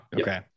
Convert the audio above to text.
Okay